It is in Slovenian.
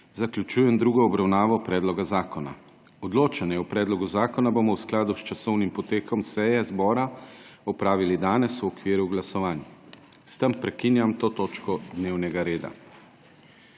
zaključujem drugo obravnavo predloga zakona. Odločanje o predlogu zakona bomo v skladu s časovnim potekom seje zbora opravili danes v okviru glasovanj. S tem prekinjam to točko dnevnega reda.